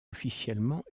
officiellement